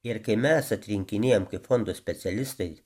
ir kai mes atrinkinėjam kaip fondo specialistai